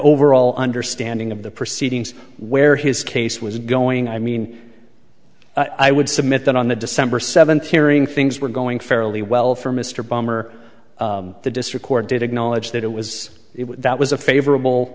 overall understanding of the proceedings where his case was going i mean i would submit that on the december seventh hearing things were going fairly well for mr balmer the district court did acknowledge that it was it would that was a favorable